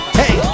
hey